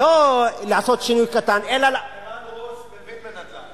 לא לעשות שינוי קטן, אלא, ערן רולס מבין בנדל"ן.